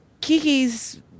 Kiki's